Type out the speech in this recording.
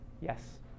Yes